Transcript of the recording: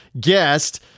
guest